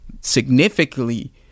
significantly